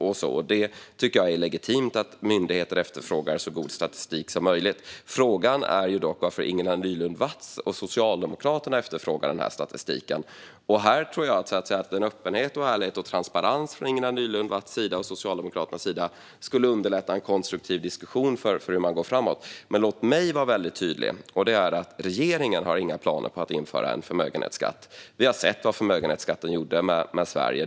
Jag tycker att det är legitimt att myndigheter efterfrågar så god statistik som möjligt. Frågan är dock varför Ingela Nylund Watz och Socialdemokraterna efterfrågar den här statistiken. Jag tror att öppenhet, ärlighet och transparens från Ingela Nylund Watz och Socialdemokraternas sida skulle underlätta en konstruktiv diskussion om hur man går framåt. Låt mig vara väldigt tydlig med att regeringen inte har några planer på att införa en förmögenhetsskatt. Vi har sett vad en sådan skatt gjorde med Sverige.